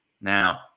Now